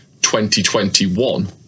2021